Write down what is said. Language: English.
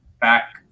back